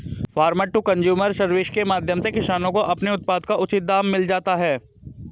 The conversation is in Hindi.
फार्मर टू कंज्यूमर सर्विस के माध्यम से किसानों को अपने उत्पाद का उचित दाम मिल जाता है